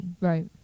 right